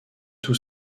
tout